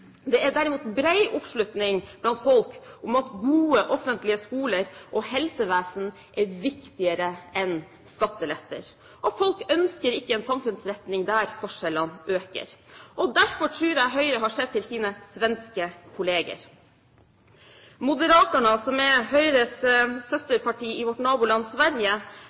Det er derimot bred oppslutning blant folk om at gode offentlige skoler og helsevesen er viktigere enn skattelette. Folk ønsker ikke en samfunnsretning der forskjellene øker. Derfor tror jeg Høyre har sett til sine svenske kolleger. Moderaterna, som er Høyres søsterparti i vårt naboland Sverige,